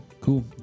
cool